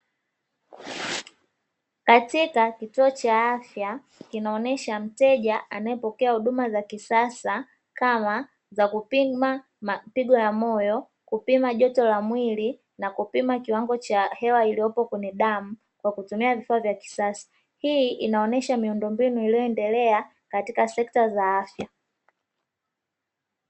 Katika kituo cha afya, kinaonyesha mteja anayepokea huduma za kisasa, kama za kupima mapigo ya moyo, kupima joto la mwili, na kupima kiwango cha hewa iliyopo kwenye damu, kwa kutumia vifaa vya kisasa. Hii inaonesha miundo mbinu iliyoendelea katika sekta za afya.